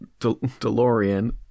DeLorean